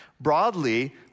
Broadly